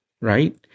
right